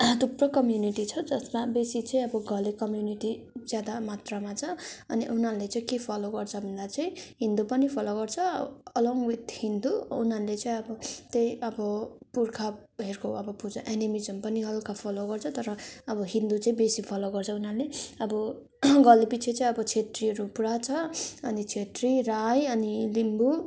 थुप्रो कम्युनिटी छ जसमा बेसी चाहिँ अब घले कम्युनिटी ज्यादा मात्रामा छ अनि उनीहरूले चाहिँ के फलो गर्छ भन्दा चाहिँ हिन्दू पनि फलो गर्छ अलोङ विथ हिन्दू उनीहरूले चाहिँ अब त्यही अब पुर्खाहरूको अब पूजा एनिमिज्म पनि हल्का फलो गर्छ तर अब हिन्दू चाहिँ बेसी फलो गर्छ उनीहरूले अब घले पिछे चाहिँ अब क्षेत्रीहरू पुरा छ अनि क्षेत्री राई अनि लिम्बू